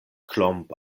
klomp